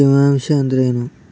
ತೇವಾಂಶ ಅಂದ್ರೇನು?